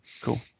Cool